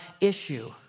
issue